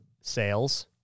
sales